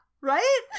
right